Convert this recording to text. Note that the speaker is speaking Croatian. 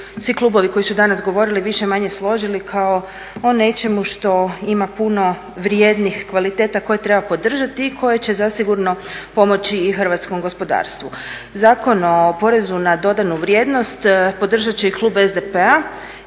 svi klubovi koji su danas govorili više-manje složili kao o nečemu što ima puno vrijednih kvaliteta koje treba podržati i koje će zasigurno pomoći i hrvatskom gospodarstvu. Zakon o porezu na dodanu vrijednost podržat će i klub SDP-a